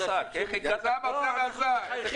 איך הגעת לשק?